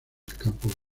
campo